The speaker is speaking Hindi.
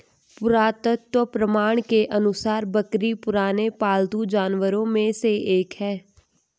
पुरातत्व प्रमाण के अनुसार बकरी पुराने पालतू जानवरों में से एक है